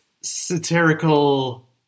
satirical